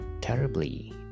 terribly